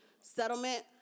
settlement